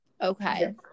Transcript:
Okay